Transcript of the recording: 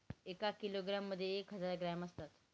एका किलोग्रॅम मध्ये एक हजार ग्रॅम असतात